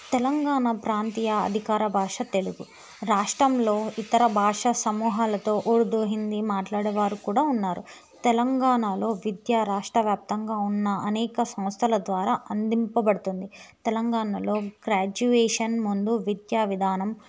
తెలంగాణ ప్రాంతీయ అధికార భాష తెలుగు రాష్ట్రంలో ఇతర భాష సమూహాలతో ఉర్దూ హిందీ మాట్లాడే వారు కూడా ఉన్నారు తెలంగాణలో విద్యా రాష్ట్ర వ్యాప్తంగా ఉన్న అనేక సంస్థల ద్వారా అందింపబడుతుంది తెలంగాణలో గ్రాడ్యుయేషన్ ముందు విద్యా విధానం